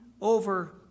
over